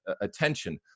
attention